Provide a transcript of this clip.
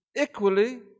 equally